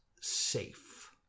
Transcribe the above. safe